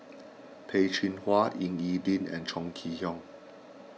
Peh Chin Hua Ying E Ding and Chong Kee Hiong